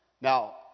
Now